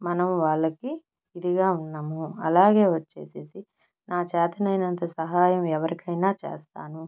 మనం వాళ్ళకి ఇదిగా ఉన్నాము అలాగే వచ్చేసేసి నా చేతనయినంత సహాయం ఎవరికైనా చేస్తాను